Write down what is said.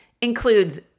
includes